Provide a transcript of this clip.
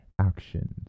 actions